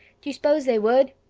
do you s'pose they would?